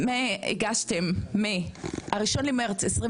הגשתם מה-1 למרץ 2020,